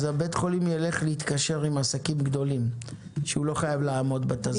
בית החולים יתקשר עם עסקים גדולים שהוא לא חייב לעמוד בתזרים.